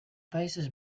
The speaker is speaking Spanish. países